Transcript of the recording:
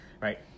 right